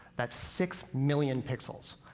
that's six million pixels,